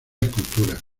escultura